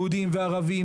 יהודים וערבים,